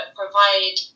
provide